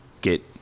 get